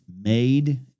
made